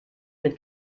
mit